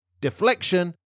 deflection